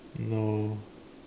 no